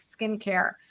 skincare